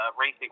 Racing